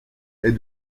est